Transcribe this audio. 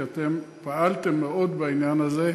כי אתם פעלתם מאוד בעניין הזה.